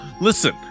Listen